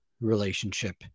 relationship